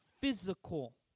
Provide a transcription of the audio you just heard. physical